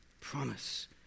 promise